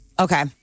Okay